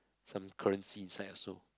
some currency inside also